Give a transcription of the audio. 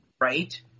Right